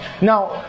now